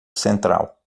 central